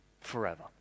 forever